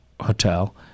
hotel